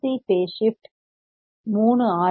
சிRC phase shift 3 R